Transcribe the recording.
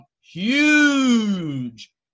Huge